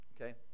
Okay